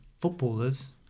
footballers